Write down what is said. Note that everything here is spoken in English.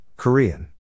Korean